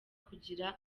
kugira